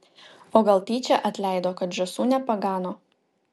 o gal tyčia atleido kad žąsų nepagano